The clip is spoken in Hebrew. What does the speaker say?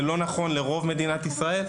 זה לא נכון לרוב מדינת ישראל,